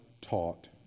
taught